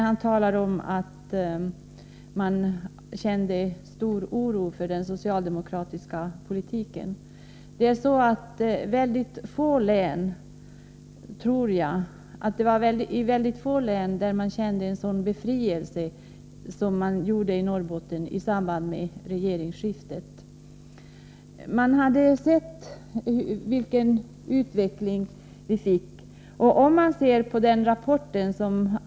Han talar om att man kände stor oro inför den socialdemokratiska politiken, men jag tror att man i mycket få län kände en sådan befrielse i samband med regeringsskiftet som man gjorde i Norrbotten, där man hade kunnat konstatera hur utvecklingen blivit.